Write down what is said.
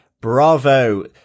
bravo